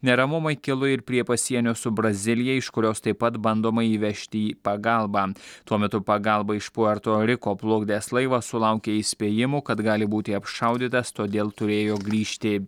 neramumai kilo ir prie pasienio su brazilija iš kurios taip pat bandoma įvežti į pagalbą tuo metu pagalbą iš puerto riko plukdęs laivas sulaukė įspėjimo kad gali būti apšaudytas todėl turėjo grįžti į